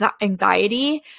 anxiety